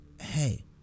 Hey